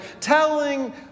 telling